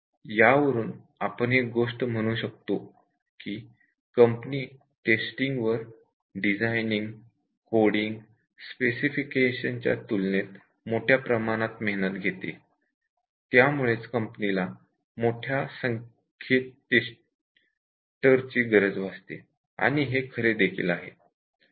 यावरून आपण एक गोष्ट म्हणू शकतो की कंपनी टेस्टिंग वर डिझायनिंग कोडींग स्पेसिफिकेशन च्या तुलनेत मोठ्या प्रमाणात मेहनत घेते त्यामुळेच कंपनीला मोठ्या संख्येत टेस्टर ची गरज भासते आणि हे खरे देखील आहे